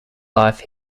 life